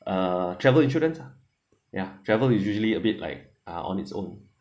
uh travel insurance ah yeah travel is usually a bit like uh on its own